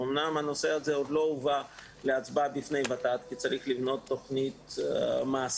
אמנם הנושא עוד לא הובא להצבעה בפני ות"ת כי צריך לבנות תכנית מעשית,